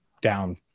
down